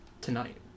tonight